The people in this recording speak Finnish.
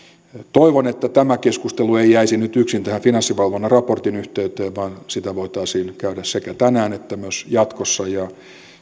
toivon että tämä keskustelu ei jäisi nyt yksin tähän finanssivalvonnan raportin yhteyteen vaan sitä voitaisiin käydä sekä tänään että jatkossa ja